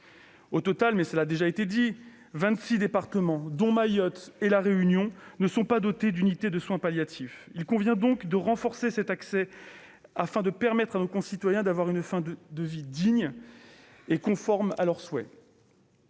Au total, cela a été dit, vingt-six départements, dont Mayotte et La Réunion, ne sont pas dotés d'unités de soins palliatifs. Il convient donc de renforcer cet accès afin de permettre à nos concitoyens d'avoir une fin de vie digne et conforme à leurs souhaits.